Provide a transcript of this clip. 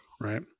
Right